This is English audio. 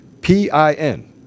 P-I-N